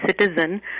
citizen